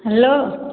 hello